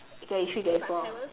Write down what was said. twenty three twenty four